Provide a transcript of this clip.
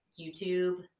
YouTube